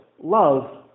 love